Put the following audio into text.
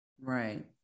Right